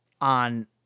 on